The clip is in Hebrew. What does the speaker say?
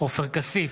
עופר כסיף,